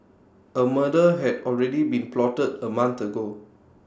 A murder had already been plotted A month ago